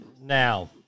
now